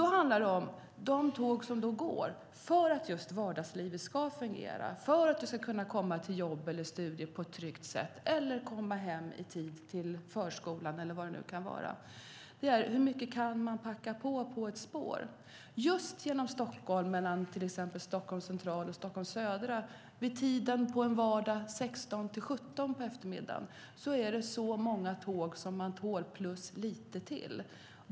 Då handlar det om de tåg som går för att vardagslivet ska fungera, för att vi ska komma till jobb eller studier på ett tryggt sätt eller komma i tid till förskolan. Hur mycket kan man packa på ett spår? Just genom Stockholm, till exempel mellan Stockholms central och Stockholms södra vid 16-17-tiden på eftermiddagen, är det så många tåg som man tål plus lite till.